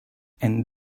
and